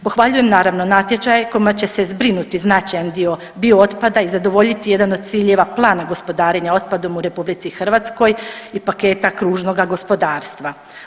Pohvaljujem naravno natječaj kojim će se zbrinuti značajan dio biootpada i zadovoljiti jedan od ciljeva plana gospodarenja otpadom u RH i paketa kružnoga gospodarstva.